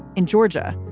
in georgia,